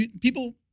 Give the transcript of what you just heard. people